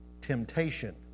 temptation